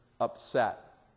upset